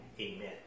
amen